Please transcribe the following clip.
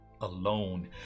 alone